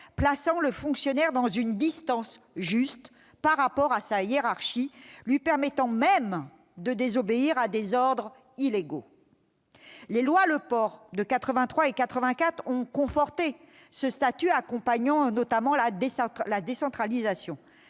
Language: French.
plaçant le fonctionnaire dans une distance juste par rapport à sa hiérarchie, lui permettant même de désobéir à des ordres illégaux. Les lois Le Pors de 1983 et 1984 ont conforté ce statut accompagnant notamment la décentralisation,